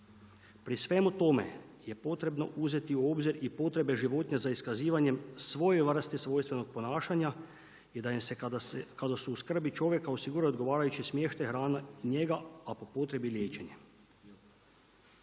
Pri svemu tome je potrebno uzeti u obzir i potrebe životinja za iskazivanjem svoje vrste svojstvenog ponašanja i da im se kada su u skrbi čovjeka osigura odgovarajući smještaj, hrana i njega a po potrebi liječenje.